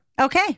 Okay